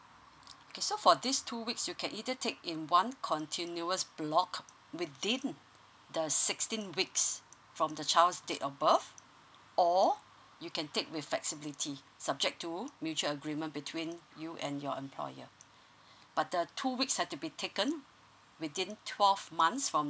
k so for these two weeks you can either take in one continuous block within the sixteen weeks from the child's date of birth or you can take with flexibility subject to mutual agreement between you and your employer but uh two weeks had to be taken within twelve months from